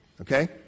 Okay